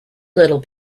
little